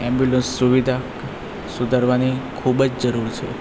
ambulance સુવિધા સુધારવાની ખૂબ જ જરૂર છે